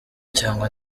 cyangwa